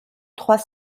trois